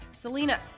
Selena